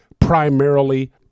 primarily